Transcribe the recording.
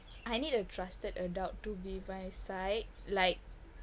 I need a trusted adult to be by side like